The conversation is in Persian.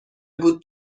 بود